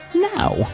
Now